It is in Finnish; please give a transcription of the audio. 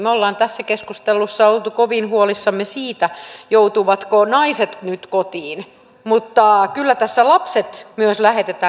me olemme tässä keskustelussa olleet kovin huolissamme siitä joutuvatko naiset nyt kotiin mutta kyllä tässä lapset myös lähetetään kotiin